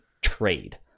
trade